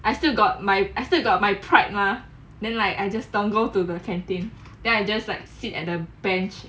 I still got my I still got my pride mah then like I just stumbled to the canteen then I just like sit at the bench